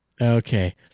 Okay